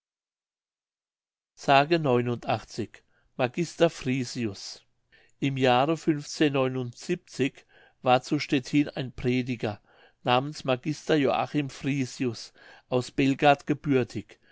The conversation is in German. s magister frisius im jahre war zu stettin ein prediger namens magister joachim frisius aus belgard gebürtig